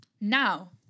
Now